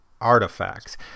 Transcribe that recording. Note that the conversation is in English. artifacts